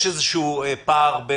יש איזשהו פער,